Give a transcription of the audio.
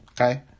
Okay